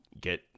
get